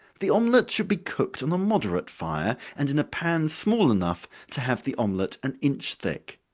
the omelet should be cooked on a moderate fire, and in a pan small enough, to have the omelet an inch thick.